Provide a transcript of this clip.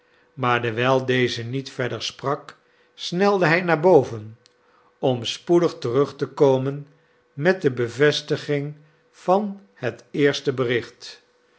maar dewijl deze niet verder sprak snelde hij naar boven om spoedig terug te komen met de bevestiging van het eerste bericht